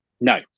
No